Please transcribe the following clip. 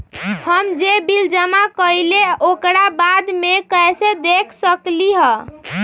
हम जे बिल जमा करईले ओकरा बाद में कैसे देख सकलि ह?